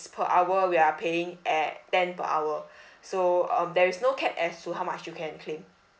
per hour we are paying at ten per hour so um there is no cap as to how much you can claim